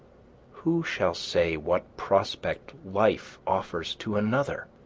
who shall say what prospect life offers to another?